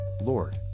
Lord